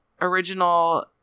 original